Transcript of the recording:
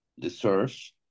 deserves